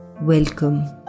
Welcome